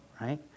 right